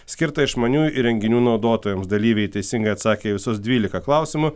skirta išmaniųjų įrenginių naudotojams dalyviai teisingai atsakę į visus dvylika klausimų